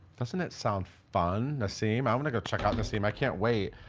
doesn't it sound fun, nassim? i wanna go check out nassim, i can't wait.